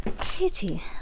Kitty